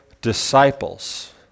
disciples